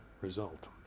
result